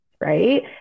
right